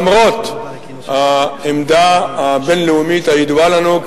למרות העמדה הבין-לאומית הידועה לנו,